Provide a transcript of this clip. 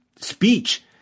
speech